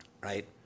Right